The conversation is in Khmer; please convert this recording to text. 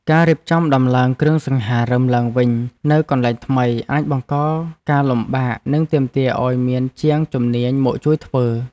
ការរៀបចំដំឡើងគ្រឿងសង្ហារិមឡើងវិញនៅកន្លែងថ្មីអាចបង្កការលំបាកនិងទាមទារឱ្យមានជាងជំនាញមកជួយធ្វើ។